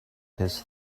his